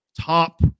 top –